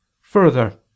Further